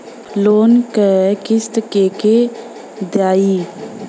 Loan क किस्त के के दियाई?